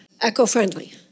eco-friendly